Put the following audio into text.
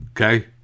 Okay